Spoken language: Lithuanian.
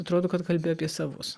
atrodo kad kalbi apie savus